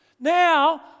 Now